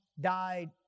died